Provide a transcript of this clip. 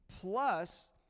Plus